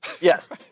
Yes